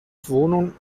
wohnung